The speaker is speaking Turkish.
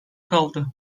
kaldı